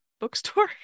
bookstore